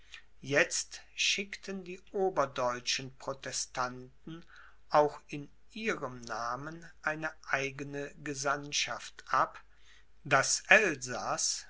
jetzt schickten die oberdeutschen protestanten auch in ihrem namen eine eigene gesandtschaft ab das